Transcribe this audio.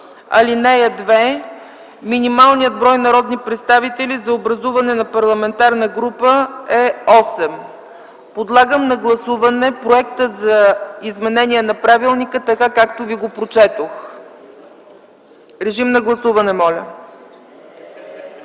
„(2) Минималният брой народни представители за образуване на парламентарна група е 8.” Подлагам на гласуване проекта за изменение на правилника така както ви го прочетох. Гласували